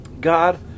God